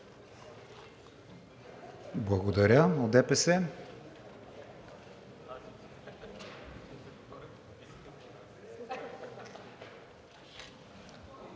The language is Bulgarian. Благодаря.